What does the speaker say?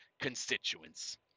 constituents